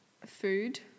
food